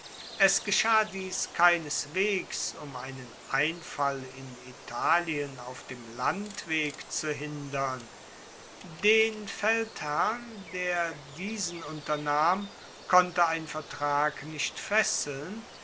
es geschah dies keineswegs um einen einfall in italien auf dem landweg zu hindern den feldherrn der diesen unternahm konnte ein vertrag nicht fesseln